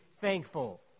thankful